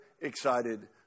excited